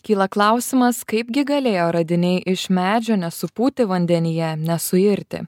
kyla klausimas kaipgi galėjo radiniai iš medžio nesupūti vandenyje nesuirti